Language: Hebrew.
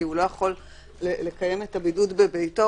כי הוא לא יכול לקיים את הבידוד בביתו,